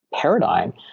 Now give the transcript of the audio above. paradigm